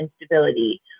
instability